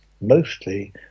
mostly